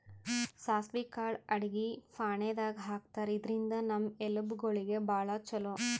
ಸಾಸ್ವಿ ಕಾಳ್ ಅಡಗಿ ಫಾಣೆದಾಗ್ ಹಾಕ್ತಾರ್, ಇದ್ರಿಂದ್ ನಮ್ ಎಲಬ್ ಗೋಳಿಗ್ ಭಾಳ್ ಛಲೋ